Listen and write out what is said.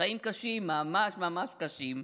חיים קשים, ממש ממש קשים.